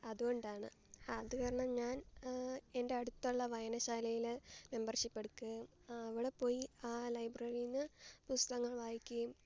അതുകൊണ്ടാണ് അതു കാരണം ഞാൻ എൻ്റെ അടുത്തുള്ള വായനശാലയിൽ മെമ്പർഷിപ്പ് എടുക്കുകയും അവിടെപ്പോയി ആ ലൈബ്രറിയിൽ നിന്ന് പുസ്തകങ്ങൾ വായിക്കുകയും